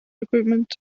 recruitment